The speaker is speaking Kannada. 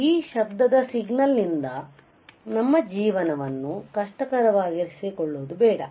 ಈ ಶಬ್ದದ ಸಿಗ್ನಲ್ ನಿಂದ ನಮ್ಮ ಜೀವನವನ್ನು ಕಷ್ಟಕರವಾಗಿಸಿಕೊಳ್ಳುವುದು ಬೇಡ